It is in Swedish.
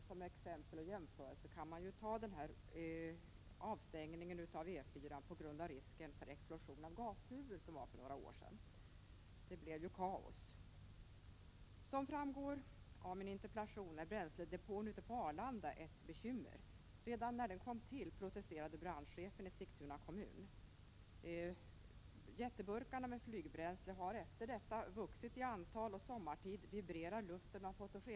Som exempel kan jag nämna den avstängning av E4-an som gjordes för några år sedan på grund av risken för explosion av gastuber. Det blev ju kaos. Som framgår av min interpellation är bränsledepån på Arlanda ett bekymmer. Redan när den kom till protesterade brandchefen i Sigtuna kommun. Jätteburkarna med flygbränsle har efter detta vuxit i antal, och sommartid vibrerar luften av fotogenångor.